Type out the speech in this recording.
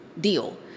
deal